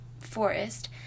forest